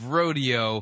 rodeo